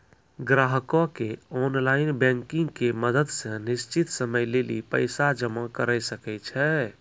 ग्राहकें online banking के मदत से निश्चित समय लेली पैसा जमा करै सकै छै